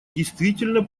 действительно